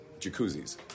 jacuzzis